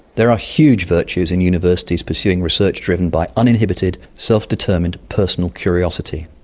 there are huge virtues in universities pursuing research driven by uninhibited, self-determined personal curiosity.